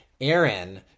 Aaron